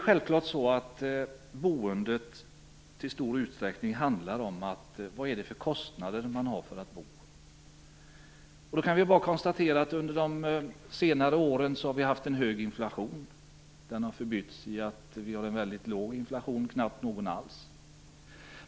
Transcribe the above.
Självklart handlar boendet i stor utsträckning om vilka kostnader man har för att bo. Vi kan bara konstatera att vi under de senare åren har haft en hög inflation. Den har förbytts i en mycket låg inflation, vi har knappt någon alls.